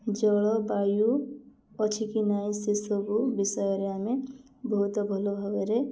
ଜଳବାୟୁ ଅଛି କି ନାଇଁ ସେସବୁ ବିଷୟରେ ଆମେ ବହୁତ ଭଲ ଭାବରେ